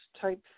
type